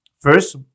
First